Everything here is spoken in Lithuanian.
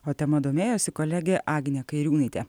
o tema domėjosi kolegė agnė kairiūnaitė